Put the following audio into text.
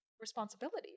responsibility